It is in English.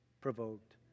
provoked